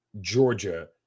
Georgia